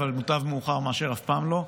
אבל מוטב מאוחר מאשר אף פעם לא.